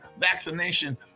vaccination